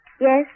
Yes